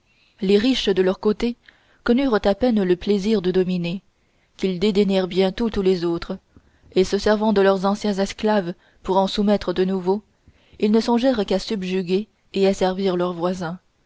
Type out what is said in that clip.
les riches de leur côté connurent à peine le plaisir de dominer qu'ils dédaignèrent bientôt tous les autres et se servant de leurs anciens esclaves pour en soumettre de nouveaux ils ne songèrent qu'à subjuguer et asservir leurs voisins